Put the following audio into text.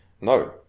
No